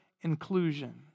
inclusion